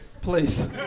Please